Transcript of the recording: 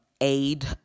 aid